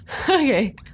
Okay